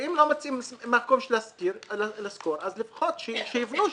ואם לא מוציאים מקום לשכור אז לפחות שיבנו,